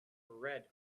red